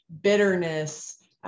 bitterness